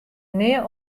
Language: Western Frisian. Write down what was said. nea